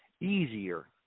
easier